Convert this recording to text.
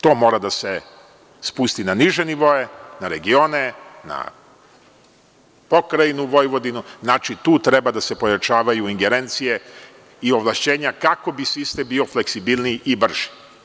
To mora da se spusti na niže nivoe, na regione, na pokrajinu Vojvodinu, znači tu treba da se pojačavaju ingerencije i ovlašćenja, kako bi sistem bio fleksibilniji i brži.